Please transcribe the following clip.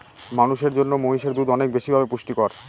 মানুষের জন্য মহিষের দুধ অনেক বেশি ভাবে পুষ্টিকর